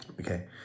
Okay